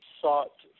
sought